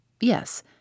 Yes